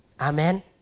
Amen